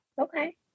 Okay